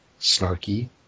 snarky